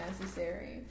necessary